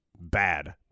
bad